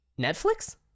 Netflix